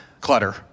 clutter